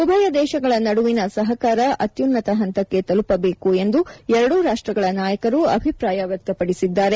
ಉಭಯ ದೇಶಗಳ ನಡುವಿನ ಸಹಕಾರ ಅತ್ಯುನ್ತತ ಹಂತಕ್ಕೆ ತಲುಪಬೇಕು ಎಂದು ಎರಡೂ ರಾಷ್ಟ್ರಗಳ ನಾಯಕರು ಅಭಿಪ್ರಾಯ ವ್ಯಕ್ತಪಡಿಸಿದ್ದಾರೆ